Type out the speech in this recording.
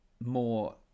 more